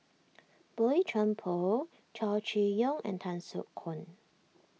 Boey Chuan Poh Chow Chee Yong and Tan Soo Khoon